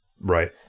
Right